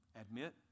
Admit